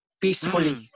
peacefully